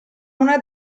una